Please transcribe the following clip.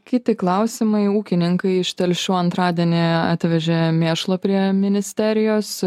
kiti klausimai ūkininkai iš telšių antradienį atvežė mėšlo prie ministerijos